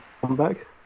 comeback